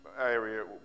area